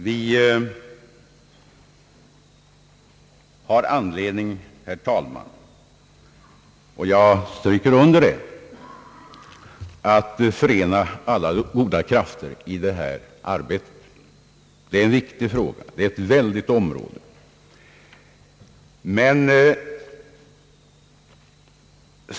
Vi har anledning — jag stryker under det, herr talman — att förena alla goda krafter i det här arbetet. Det är en viktig fråga och ett väldigt område.